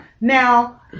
now